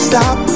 Stop